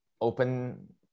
open